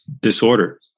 disorder